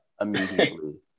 immediately